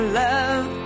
love